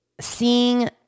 seeing